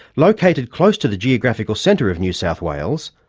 located close to the geographical centre of new south wales,